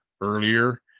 earlier